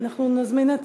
אנחנו נזמין את